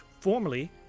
formerly